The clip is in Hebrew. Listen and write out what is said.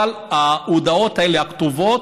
אבל ההודעות הכתובות